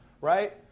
right